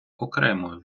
окремою